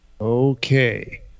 Okay